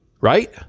right